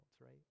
right